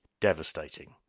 devastating